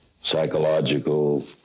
psychological